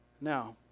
Now